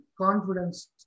confidence